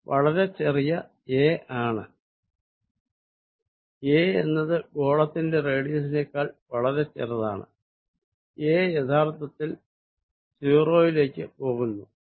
a എന്നത് ഗോളത്തിന്റെ റേഡിയസിനെക്കാൾ വളരെ വളരെ ചെറുതാണ് എ യഥാർത്ഥത്തിൽ 0 ലേക്ക് പോകുന്നു